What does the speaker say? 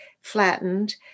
flattened